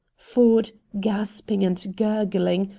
ford, gasping and gurgling,